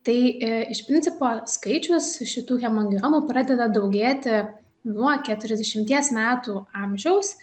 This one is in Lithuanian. tai iš principo skaičius šitų hemangiomų pradeda daugėti nuo keturiasdešimties metų amžiaus